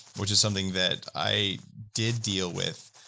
which is something that i did deal with,